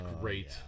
great